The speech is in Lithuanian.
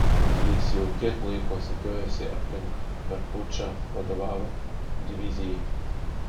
jis jau kiek laiko sukiojosi aplink per pučą vadovavo divizijai